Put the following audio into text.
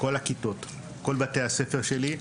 בכל בתי הספר שלי.